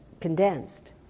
condensed